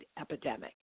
epidemic